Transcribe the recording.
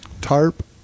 tarp